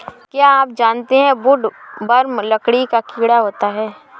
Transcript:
क्या आप जानते है वुडवर्म लकड़ी का कीड़ा होता है?